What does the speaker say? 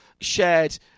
shared